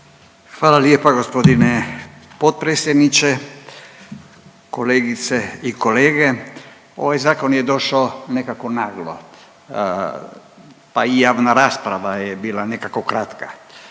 Hvala lijepa gospodine potpredsjedniče. Kolegice i kolege, ovaj zakon je došao nekako naglo, pa i javna rasprava je bila nekako kratka.